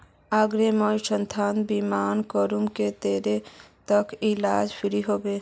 अगर मुई स्वास्थ्य बीमा करूम ते मोर कतेक तक इलाज फ्री होबे?